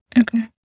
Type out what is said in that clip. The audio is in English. Okay